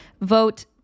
vote